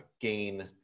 gain